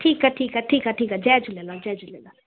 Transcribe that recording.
ठीकु आहे ठीकु आहे ठीकु आहे ठीकु आहे जय झूलेलाल जय झूलेलाल